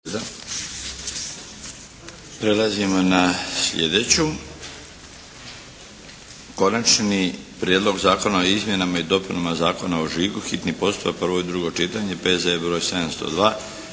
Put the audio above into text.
Prelazimo na sljedeću - Konačni prijedlog Zakona o izmjenama i dopunama Zakona o žigu, hitni postupak - prvo i drugo čitanje, P.Z.E. br. 702